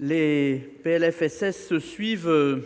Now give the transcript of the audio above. les PLFSS se suivent,